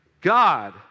God